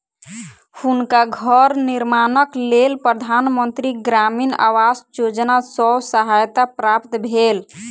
हुनका घर निर्माणक लेल प्रधान मंत्री ग्रामीण आवास योजना सॅ सहायता प्राप्त भेल